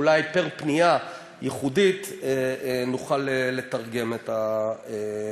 אולי פר פנייה ייחודית נוכל לתרגם את הסיפור.